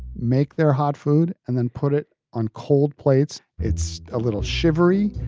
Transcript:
make their hot food and then put it on cold plates. it's a little shivery.